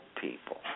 people